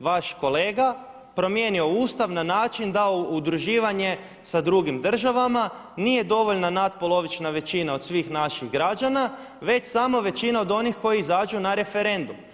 vaš kolega promijenio Ustav na način da udruživanje sa drugim državama nije dovoljna natpolovična većina od svih naših građana već samo većina od onih koji izađu na referendum.